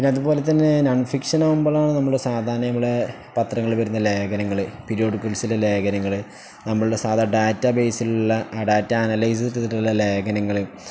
പിന്നെ അതുപോലെ തന്നെ നോൺ ഫിക്ഷൻ ആകുമ്പോഴാണ് നമ്മുടെ സാധാരണ നമ്മുടെ പത്രങ്ങളില് വരുന്ന ലേഖനങ്ങള് പീരിയോഡിക്കല്സിലെ ലേഖനങ്ങള് നമ്മുടെ സാധാ ഡാറ്റാ ബേയ്സിലുള്ള ആ ഡാറ്റ അനലൈസ് ചെയ്തിട്ടുള്ള ലേഖനങ്ങള്